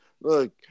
look